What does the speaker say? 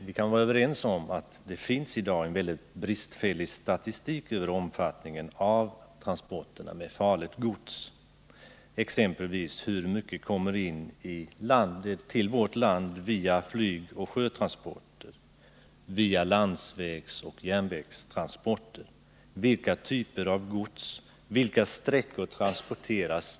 Vi kan vara överens om att vi i dag har en mycket bristfällig statistik när det gäller omfattningen av transporterna med farligt gods, exempelvis hur mycket det kommer in till vårt land via flygoch sjötransporter samt via landsvägsoch järnvägstransporter. Vilka typer av gods är det fråga om och på vilka sträckor sker transporterna?